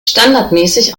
standardmäßig